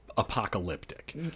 apocalyptic